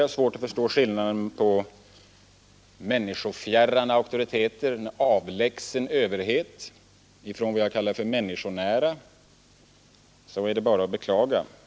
Är det reaktionärt att föreslå att det skall löna sig att arbeta?